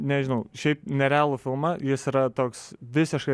nežinau šiaip nerealų filmą jis yra toks visiškai